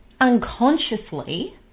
unconsciously